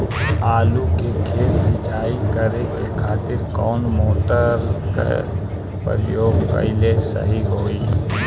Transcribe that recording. आलू के खेत सिंचाई करे के खातिर कौन मोटर के प्रयोग कएल सही होई?